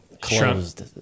closed